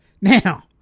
Now